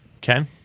Ken